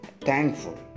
thankful